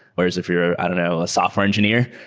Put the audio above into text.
whereas if you're i don't know, a software engineer,